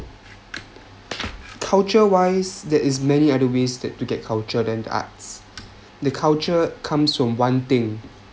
culture wise there is many other ways to get culture than arts the culture comes from one thing